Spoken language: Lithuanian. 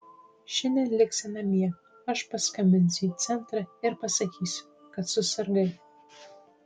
šiandien liksi namie aš paskambinsiu į centrą ir pasakysiu kad susirgai